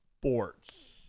sports